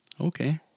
Okay